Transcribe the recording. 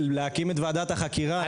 להקים את ועדת החקירה,